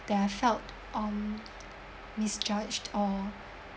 that I felt um misjudged or